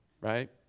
right